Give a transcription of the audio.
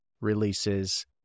releases